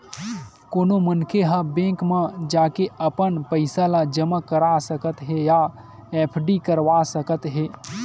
कोनो मनखे ह बेंक म जाके अपन पइसा ल जमा कर सकत हे या एफडी करवा सकत हे